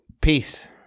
peace